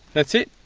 that's it,